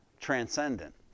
transcendent